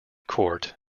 court